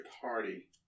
party